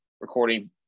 recording